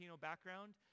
background